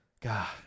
God